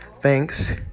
Thanks